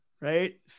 right